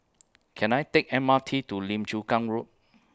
Can I Take M R T to Lim Chu Kang Road